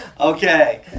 Okay